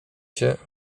się